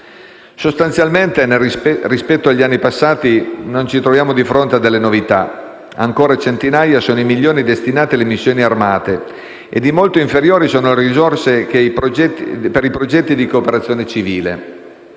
Sostanzialmente, rispetto agli anni passati non ci troviamo di fronte a delle novità: ancora centinaia sono i milioni destinati alle missioni armate e di molto inferiori sono le risorse per i progetti di cooperazione civile.